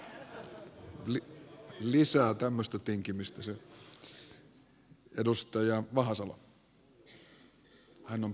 tai itse asiassa en totea enempää